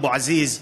אבו עזיז,